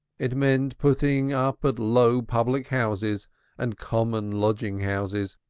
it meant putting up at low public houses and common lodging houses,